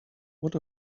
what